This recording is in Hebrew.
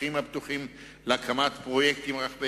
השטחים הפתוחים להקמת פרויקטים רחבי